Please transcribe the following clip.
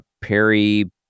Perry